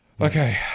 okay